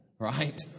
right